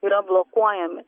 yra blokuojami